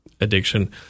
addiction